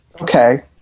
Okay